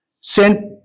sent